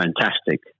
fantastic